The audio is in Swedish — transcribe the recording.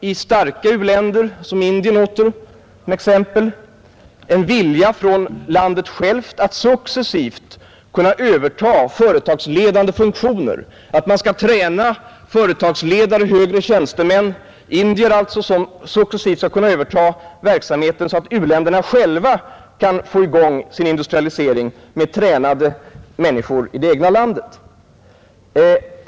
I starka u-länder åter, såsom Indien, finns en vilja att landet självt successivt övertar företagsledande funktioner. Man vill träna företagsledare och högre tjänstemän — indier alltså — som successivt skall kunna överta verksamheten, så att u-länderna själva kan få i gång sin industrialisering med tränade människor från det egna landet.